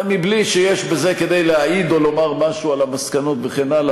מבלי שיש בזה כדי להעיד או לומר משהו על המסקנות וכן הלאה,